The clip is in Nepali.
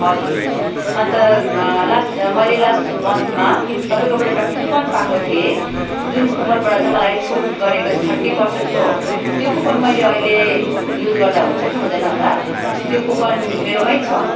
हजुर अन्त लास्ट मैले लास्ट मन्थमा तपाईँकोबाट एउटा कुपन पाएको थिएँ जुन कुपनबाट चाहिँ मलाई छुट गरेको छ थर्टी पर्सेन्टको त्यो कुपन मैले अहिले युज गर्दा हुन्छ कि हुँदैन होला त्यो कुपन मेरोमै छ